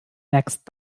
next